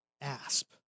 asp